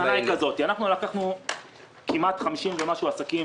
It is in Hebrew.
המסקנה היא זאת: לקחנו 50 ומשהו עסקים